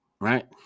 right